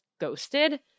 ghosted